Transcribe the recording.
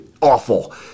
awful